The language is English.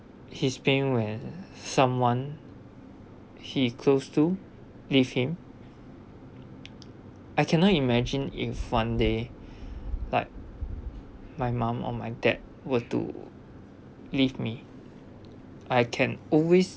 his feeling when someone he close to leave him I cannot imagine if one day like my mom or my dad were to leave me I can always